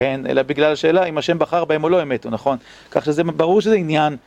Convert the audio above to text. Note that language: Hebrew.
כן, אלא בגלל השאלה אם השם בחר בהם או לא הם מתו, נכון? כך שברור שזה עניין.